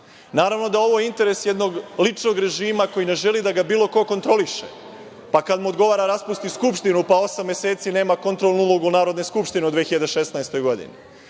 Naravno da je ovo interes jednog ličnog režima koji ne želi da ga bilo ko kontroliše, pa kada mu odgovara raspusti Skupštinu, pa osam meseci nema kontrolnu ulogu Narodne skupštine u 2016. godini.